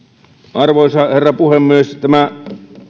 arvoisa herra puhemies tämä